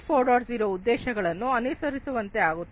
0 ಉದ್ದೇಶಗಳನ್ನು ಅನುಸರಿಸುವಂತೆ ಆಗುತ್ತದೆ